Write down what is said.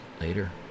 later